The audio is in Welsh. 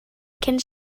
cyn